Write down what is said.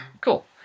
Cool